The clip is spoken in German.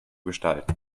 gestalten